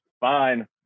Fine